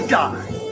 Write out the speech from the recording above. die